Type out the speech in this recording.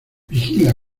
vigila